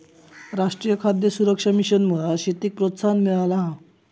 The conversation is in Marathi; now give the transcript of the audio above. राष्ट्रीय खाद्य सुरक्षा मिशनमुळा शेतीक प्रोत्साहन मिळाला हा